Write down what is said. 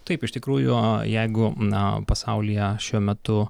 taip iš tikrųjų jeigu na pasaulyje šiuo metu